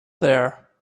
there